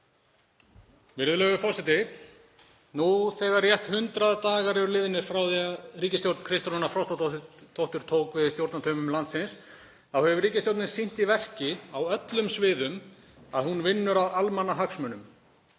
Virðulegur forseti. Nú þegar rétt rúmir 100 dagar eru liðnir frá því að ríkisstjórn Kristrúnar Frostadóttur tók við stjórnartaumum landsins þá hefur ríkisstjórnin sýnt í verki á öllum sviðum að hún vinnur að almannahagsmunum.